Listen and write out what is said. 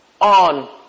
on